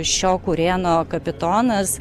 šio kurėno kapitonas